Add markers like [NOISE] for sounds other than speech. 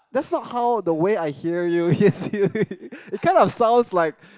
that's not how the way I hear you [LAUGHS] yes [LAUGHS] it kind of sounds like